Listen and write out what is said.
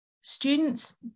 students